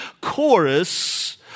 chorus